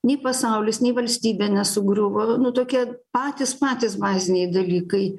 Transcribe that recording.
nei pasaulis nei valstybė nesugriuvo nu tokie patys patys baziniai dalykai